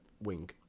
wing